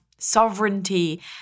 sovereignty